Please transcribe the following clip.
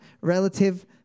relative